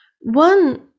One